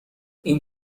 این